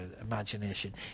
imagination